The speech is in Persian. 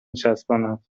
چسباند